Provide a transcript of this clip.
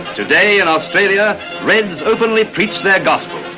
today in australia reds openly preach their gospel,